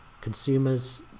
Consumers